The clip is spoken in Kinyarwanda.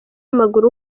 w’amaguru